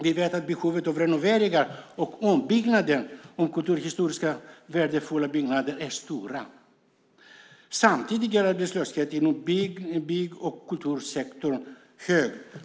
Vi vet att behovet av renoveringar och ombyggnationer av kulturhistoriskt värdefulla byggnader är stort. Samtidigt är arbetslösheten inom bygg och kultursektorerna hög.